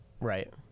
Right